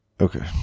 Okay